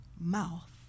mouth